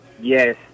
Yes